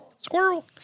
Squirrel